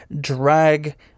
Drag